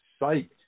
psyched